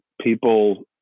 people